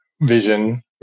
vision